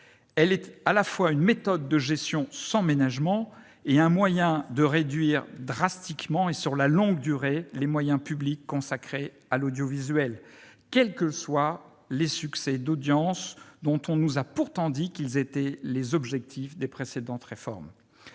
elle est à la fois une méthode de gestion sans ménagement et un moyen de réduire drastiquement et sur la longue durée les moyens publics consacrés à l'audiovisuel, quels que soient les succès d'audience, dont on nous avait pourtant dit qu'ils étaient les objectifs des précédentes réformes.